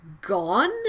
gone